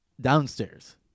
Downstairs